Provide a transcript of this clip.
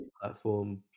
platform